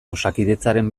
osakidetzaren